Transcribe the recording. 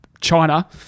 China